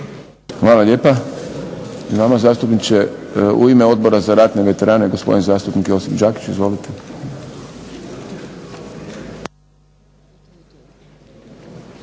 Hvala lijepa i vama zastupniče. U ime Odbora za ratne veterane gospodin zastupnik Josip Đakić. Izvolite.